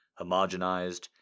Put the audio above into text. homogenized